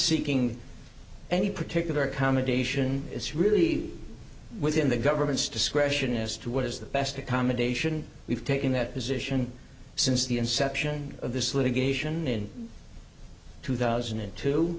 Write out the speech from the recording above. seeking any particular accommodation it's really within the government's discretion as to what is the best accommodation we've taken that position since the inception of this litigation in two thousand and two